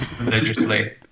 religiously